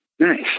Nice